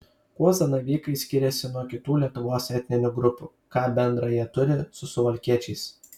kuo zanavykai skiriasi nuo kitų lietuvos etninių grupių ką bendra jie turi su suvalkiečiais